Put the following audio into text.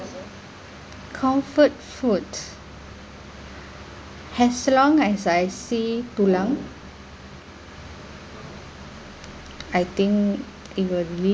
comfort food as long as I see tulang I think it will really